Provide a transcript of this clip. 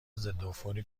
ضدعفونی